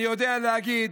אני יודע להגיד